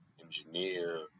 engineer